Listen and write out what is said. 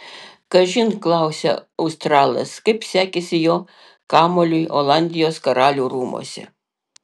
kažin klausia australas kaip sekėsi jo kamuoliui olandijos karalių rūmuose